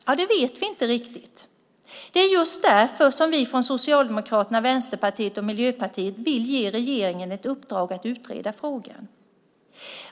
Ja, det vet vi inte riktigt. Det är just därför som vi från Socialdemokraterna, Vänsterpartiet och Miljöpartiet vill ge regeringen ett uppdrag att utreda frågan.